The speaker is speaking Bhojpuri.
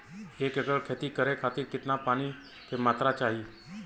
एक एकड़ खेती करे खातिर कितना पानी के मात्रा चाही?